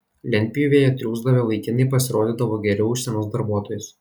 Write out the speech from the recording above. lentpjūvėje triūsdavę vaikinai pasirodydavo geriau už senus darbuotojus